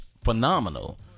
phenomenal